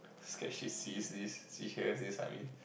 scared she sees this she hears this I mean